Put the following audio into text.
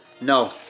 No